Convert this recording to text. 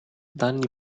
danni